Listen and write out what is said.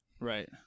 right